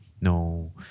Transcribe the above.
no